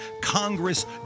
Congress